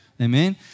Amen